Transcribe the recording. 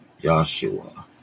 Joshua